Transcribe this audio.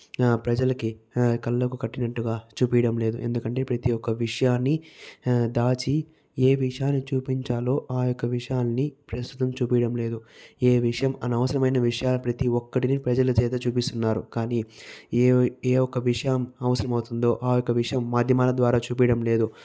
ప్రజలకి కళ్ళకు కట్టినట్టుగా చూపియ్యడం లేదు ఎందుకంటే ప్రతి ఒక్క విషయాన్ని దాచి ఏ విషయాన్ని చూపించాలో ఆ యొక్క విషయాన్ని ప్రస్తుతం చూపియడం లేదు ఏ విషయం అనవసరమైన విషయం ప్రతి ఒక్కటిని ప్రజల చేత చూపిస్తున్నారు కానీ ఏ ఏ ఒక్క విషయం అవసరమవుతుందో ఆ యొక్క విషయం మాధ్యమాల ద్వారా చూపియడం లేదు